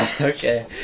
okay